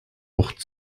wucht